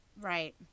Right